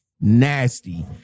nasty